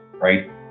right